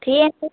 थी वेंदो